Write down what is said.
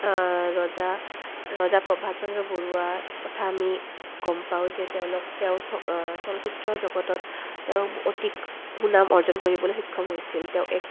ৰজা ৰজা প্ৰভাত চন্দ্ৰ বৰুৱাৰ কথা আমি গম পাওঁ যে তেওঁলোক তেওঁ চলচ্চিত্ৰ জগতত তেওঁৰ অতি সুনাম অৰ্জন কৰিবলৈ সক্ষম হৈছিল তেওঁ এক